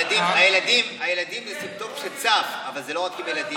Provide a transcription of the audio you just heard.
הילדים זה סימפטום שצף, אבל זה לא רק הילדים.